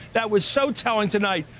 that was so telling tonight.